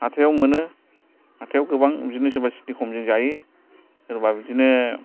हाथायाव मोनो हाथायाव गोबां बिदिनो सोरबा सिनि खमजों जायो सोरबा बिदिनो